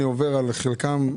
אני עובר על חלקן,